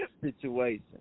situation